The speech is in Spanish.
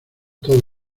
todo